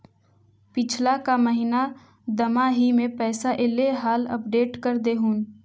पिछला का महिना दमाहि में पैसा ऐले हाल अपडेट कर देहुन?